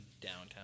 downtown